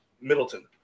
Middleton